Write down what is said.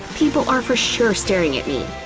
people are for sure staring at me!